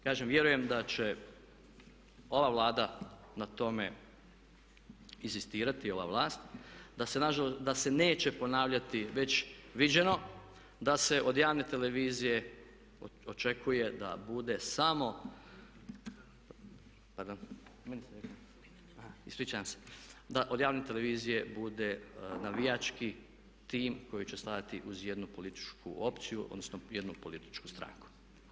Kažem, vjerujem da će ova Vlada na tome inzistirati, ova vlast, da se neće ponavljati već viđeno, da se od javne televizije očekuje da bude samo, da od javne televizije bude navijački tim koji će stajati uz jednu političku opciju, odnosno jednu političku stranku.